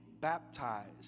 baptized